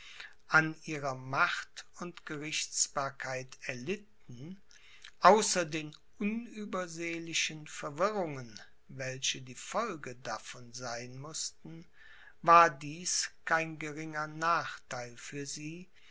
an ihrer macht und gerichtsbarkeit erlitten außer den unübersehlichen verwirrungen welche die folge davon sein mußten war dies kein geringer nachtheil für sie